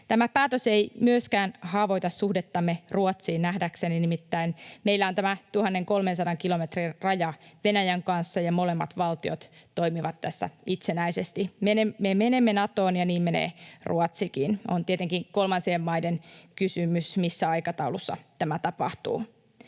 tämä päätös ei myöskään haavoita suhdettamme Ruotsiin, nimittäin meillä on tämä 1 300 kilometrin raja Venäjän kanssa ja molemmat valtiot toimivat tässä itsenäisesti. Me menemme Natoon ja niin menee Ruotsikin. On tietenkin kolmansien maiden kysymys, missä aikataulussa tämä tapahtuu.